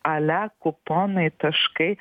ale kuponai taškai